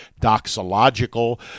doxological